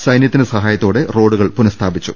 സൈനൃത്തിന്റെ സഹായത്തോടെ റോഡുകൾ പു നഃസ്ഥാപിച്ചു